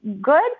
good